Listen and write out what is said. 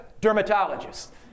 Dermatologist